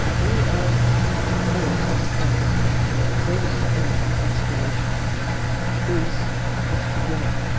we are poised at a point where the greatest era of exploration is just beginning.